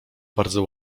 bardzo